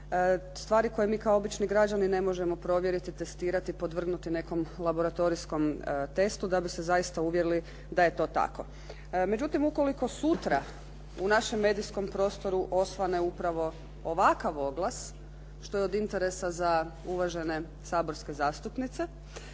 stvari koje mi kao obični građani ne možemo provjeriti, testirati, podvrgnuti nekom laboratorijskom testu da bi se zaista uvjerili da je to tako. Međutim, ukoliko sutra u našem medijskom prostoru osvane upravo ovakav oglas što je od interesa za uvažene saborske zastupnice,